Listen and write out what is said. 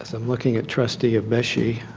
um looking at trustee igbechi